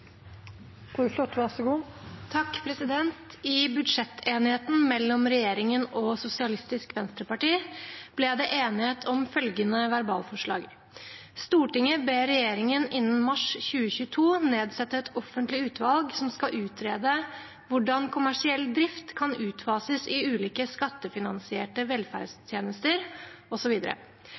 budsjettenigheten mellom regjeringen og Sosialistisk Venstreparti ble det enighet om følgende verbalforslag: «Stortinget ber regjeringen innen mars 2022 nedsette et offentlig utvalg som skal utrede hvordan kommersiell drift kan utfases i ulike skattefinansierte velferdstjenester.